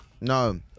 No